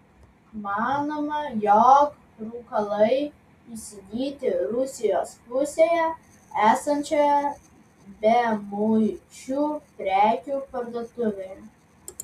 manoma jog rūkalai įsigyti rusijos pusėje esančioje bemuičių prekių parduotuvėje